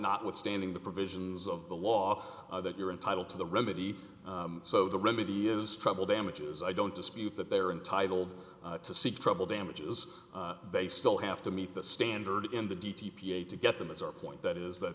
notwithstanding the provisions of the law that you're entitled to the remedy so the remedy is trouble damages i don't dispute that they are entitled to seek trouble damages they still have to meet the standard in the d t p a to get them it's our point that is that